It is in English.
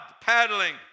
paddling